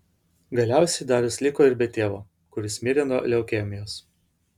galiausiai darius liko ir be tėvo kuris mirė nuo leukemijos